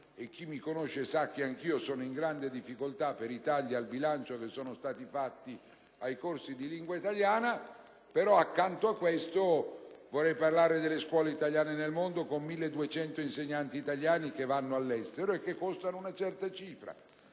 e chi mi conosce sa che anch'io sono in grande difficoltà, i tagli al bilancio per i corsi di lingua italiana. Però vorrei anche parlare delle scuole italiane nel mondo, con 1.200 insegnanti italiani che vanno all'estero e che costano una certa cifra;